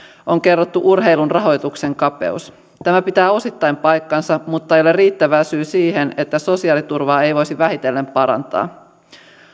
on kerrottu urheilun rahoituksen kapeus tämä pitää osittain paikkansa mutta ei ole riittävä syy siihen että sosiaaliturvaa ei voisi vähitellen parantaa